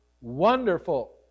Wonderful